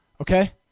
okay